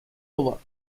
over